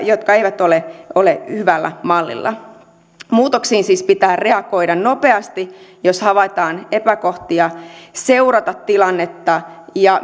jotka eivät ole ole hyvällä mallilla muutoksiin siis pitää reagoida nopeasti jos havaitaan epäkohtia pitää seurata tilannetta ja